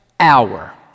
hour